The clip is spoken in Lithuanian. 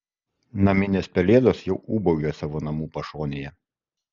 naminės pelėdos jau ūbauja savo namų pašonėje